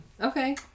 Okay